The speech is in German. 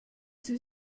sie